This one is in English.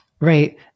Right